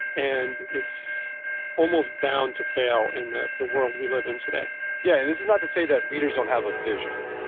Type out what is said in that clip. and it's almost bound to fail in the world we live in today yeah, this is not to say that leaders don't have a vision.